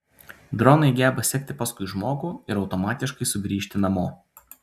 dronai geba sekti paskui žmogų ir automatiškai sugrįžti namo